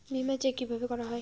বিমা চেক কিভাবে করা হয়?